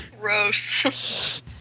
Gross